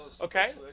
Okay